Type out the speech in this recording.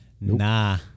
Nah